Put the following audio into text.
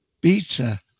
Beta